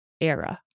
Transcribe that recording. era